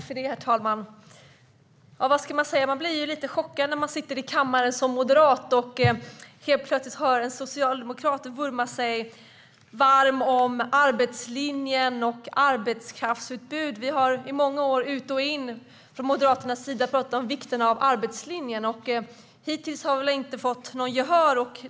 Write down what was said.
Herr talman! Vad ska man säga? Man blir lite chockad när man sitter i kammaren som moderat och helt plötsligt hör en socialdemokrat vurma sig varm för arbetslinjen och arbetskraftsutbudet. Vi har från Moderaternas sida i många år ut och in pratat om vikten av arbetslinjen. Hittills har vi väl inte fått något gehör.